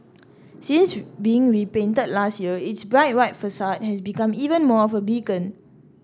since being repainted last year its bright white facade has become even more of a beacon